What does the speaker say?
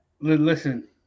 Listen